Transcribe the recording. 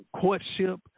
courtship